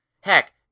heck